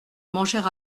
manger